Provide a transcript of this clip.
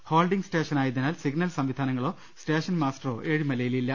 holding സ്റ്റേഷ നായതിനാൽ signal സംവിധാനങ്ങളോ സ്റ്റേഷൻ മാസ്റ്ററോ ഏഴി ലമലയിൽ ഇല്ല